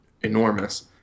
enormous